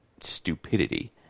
stupidity